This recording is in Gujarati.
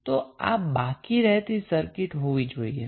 તો આ બાકી રહેતી સર્કિટ હોવી જોઈએ